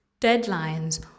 deadlines